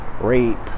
rape